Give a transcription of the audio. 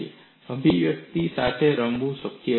આ અભિવ્યક્તિઓ સાથે રમવું શક્ય છે